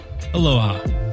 Aloha